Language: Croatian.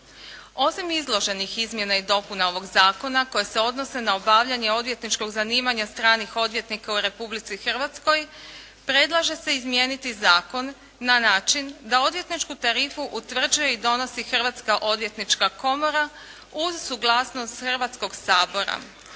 Osim izloženih izmjena i dopuna ovog zakona koji se odnose na obavljanje odvjetničkog zanimanja stranih odvjetnika u Republici Hrvatskoj predlaže se izmijeniti zakon na način da odvjetničku tarifu utvrđuje i donosi Hrvatska odvjetnička komora uz suglasnost Hrvatskog sabora.